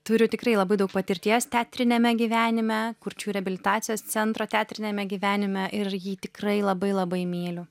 turiu tikrai labai daug patirties teatriniame gyvenime kurčiųjų reabilitacijos centro teatriniame gyvenime ir jį tikrai labai labai myliu